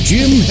Jim